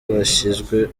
bashyizwe